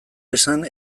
esan